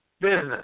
business